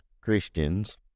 Christians